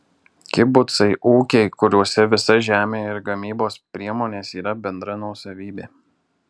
kibucai ūkiai kuriuose visa žemė ir gamybos priemonės yra bendra nuosavybė